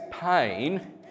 pain